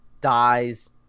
dies